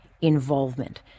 involvement